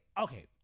okay